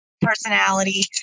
personality